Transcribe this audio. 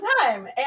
time